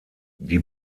die